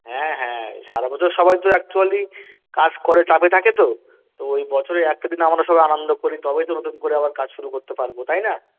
হ্যাঁ হ্যাঁ সারা বছর সবাই তো অ্যাকচুয়ালি কাজ করে চাপে থাকে তো তো ওই বছরে একটা দিন আমরা সবাই আনন্দ করি তবে তো নতুন করে আবার কাজ শুরু করতে পারব তাই না